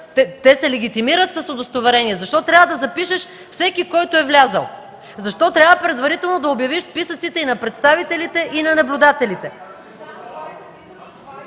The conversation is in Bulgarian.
деня се легитимират с удостоверението, и всеки който е влязъл? Защо трябва предварително да обявиш списъците на представителите и на наблюдателите?